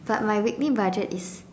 but my weekly budget is